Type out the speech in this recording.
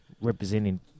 representing